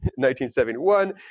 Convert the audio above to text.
1971